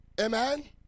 Amen